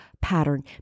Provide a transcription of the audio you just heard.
pattern